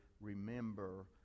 remember